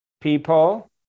people